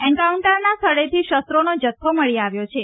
એન્કાઉન્ટરના સ્થળેથી શસ્ત્રોનો જથ્થો મળી આવ્યો છે